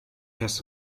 fährst